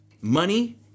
money